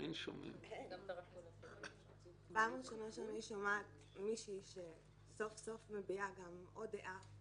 פעם ראשונה שאני שומעת ממישהי שסוף-סוף מביעה עוד דעה.